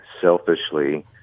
selfishly